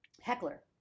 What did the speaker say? Heckler